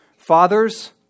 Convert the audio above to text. Fathers